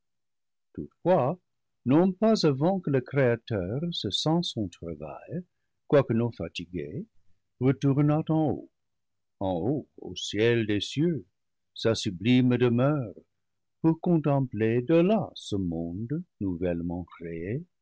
non pas avant que le créateur cessant son travail quoique non fatigué retournât en haut en haut au ciel des cieux sa sublime demeure pour contempler de là ce monde nouvellement créé